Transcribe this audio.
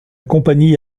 compagnie